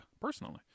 personally